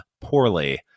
Poorly